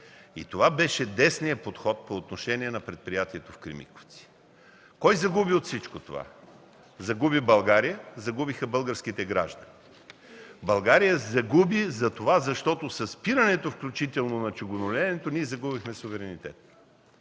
Това беше десният подход по отношение на предприятието в Кремиковци. Кой загуби от всичко това? Загуби България, загубиха българските граждани. България загуби затова, защото със спирането на чугунолеенето ние загубихме суверенитет,